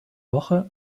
woche